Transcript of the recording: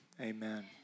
Amen